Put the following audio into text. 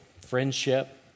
friendship